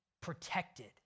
protected